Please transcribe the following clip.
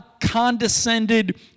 condescended